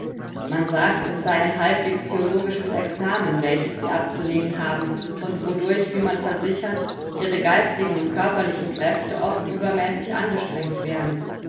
man sagt es sei ein halbwegs theologisches examen welches sie abzulegen haben und wodurch wie man versichert ihre geistigen und körperlichen kräfte oft übermäßig angestrengt werden